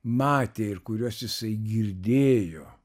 matė ir kuriuos jisai girdėjo